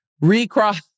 recross